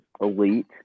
elite